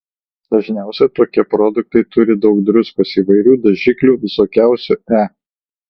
dažniausiai tokie produktai turi daug druskos įvairių dažiklių visokiausių e